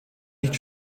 nicht